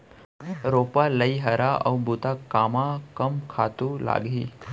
रोपा, लइहरा अऊ बुता कामा कम खातू लागही?